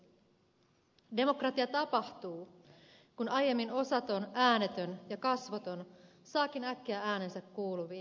demokratia tapahtuu kun aiemmin osaton äänetön ja kasvoton saakin äkkiä äänensä kuuluviin